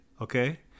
okay